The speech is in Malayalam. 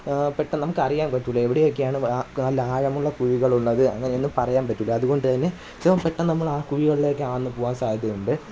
പെട്ടെന്ന് നമുക്ക് അറിയാന് പറ്റില്ല എവിടെയക്കെയാണ് നല്ല ആഴമുള്ള കുഴികളുള്ളത് അങ്ങനെയൊന്നും പറയാന് പറ്റില്ല അത്കൊണ്ട് തന്നെ സോ പെട്ടെന്ന് നമ്മൾ ആ കുഴിയൊള്ളെക്കാന്ന് പോവാന് സാധ്യതയുണ്ട്